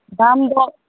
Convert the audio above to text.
ᱫᱟᱢ ᱫᱚ